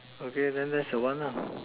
okay then that's the one